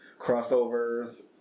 crossovers